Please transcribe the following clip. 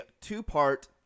two-part